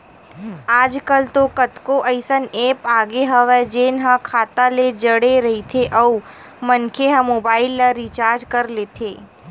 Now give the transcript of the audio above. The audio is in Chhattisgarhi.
आजकल तो कतको अइसन ऐप आगे हवय जेन ह खाता ले जड़े रहिथे अउ मनखे ह मोबाईल ल रिचार्ज कर लेथे